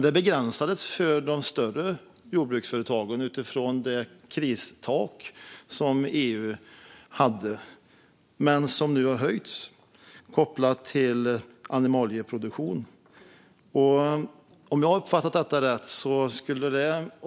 Det begränsades dock för de större jordbruksföretagen utifrån det kristak som EU hade, kopplat till animalieproduktion. Detta har dock höjts nu.